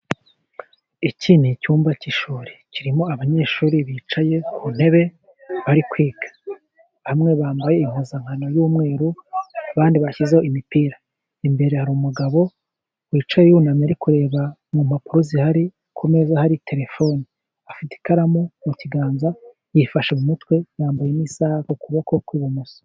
Iki ni icyumba cy'ishuri, kirimo abanyeshuri bicaye ku ntebe bari kwiga. Bamwe bambaye impuzankano y'umweru abandi bashyizeho imipira. Imbere hari umugabo wicaye yunamye ari kureba mu mpapuro zihari ku meza hari telefone. Afite ikaramu mu kiganza, yifashe mu mutwe, yambaye n'isaha ku kuboko kw'ibumoso.